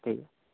ठीक है